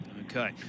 Okay